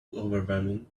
overwhelming